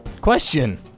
Question